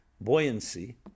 buoyancy